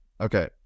Okay